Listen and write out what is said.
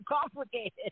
complicated